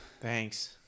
Thanks